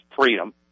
freedom